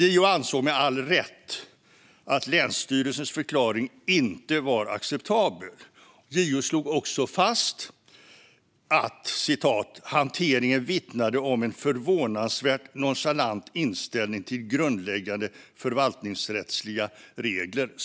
JO ansåg, med all rätt, att länsstyrelsens förklaring inte var acceptabel. JO slog också fast att "hanteringen vittnade om en förvånansvärt nonchalant inställning till grundläggande förvaltningsrättsliga regler".